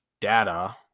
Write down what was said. data